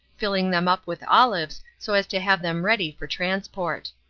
filling them up with olives so as to have them ready for transport.